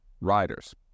riders